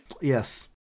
Yes